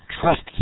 trust